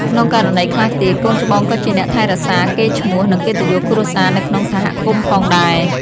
ក្នុងករណីខ្លះទៀត កូនច្បងក៏ជាអ្នកថែរក្សាកេរ្តិ៍ឈ្មោះ និង កិត្តិយសគ្រួសារនៅក្នុងសហគមន៍ផងដែរ។